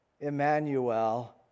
Emmanuel